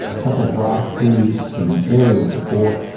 a couple of raft crews, some aerial support,